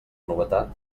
novetat